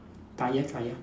tyre tyre